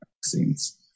vaccines